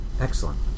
Excellent